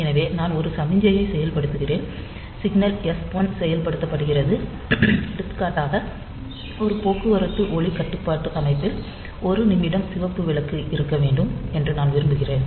எனவே நான் ஒரு சமிக்ஞையைச் செயல்படுத்துகிறேன் சிக்னல் எஸ் 1 செயல்படுத்தப்படுகிறது எடுத்துக்காட்டாக ஒரு போக்குவரத்து ஒளி கட்டுப்பாட்டு அமைப்பில் 1 நிமிடம் சிவப்பு விளக்கு இருக்க வேண்டும் என்று நான் விரும்புகிறேன்